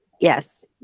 Yes